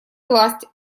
власть